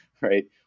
right